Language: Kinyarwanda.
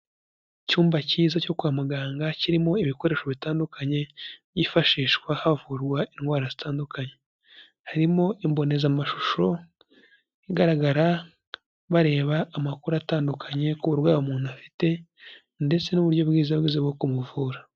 Icyumba cyiza cyo kwa muganga kirimo ibikoresho bitandukanye byifashishwa havurwa indwara zitandukanye. Harimo imbonezamashusho igaragara bareba amakuru atandukanye ku burwayi umuntu afite ndetse n'uburyo bwiza bwiza bwo kumuvura.